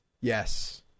Yes